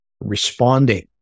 responding